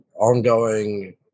ongoing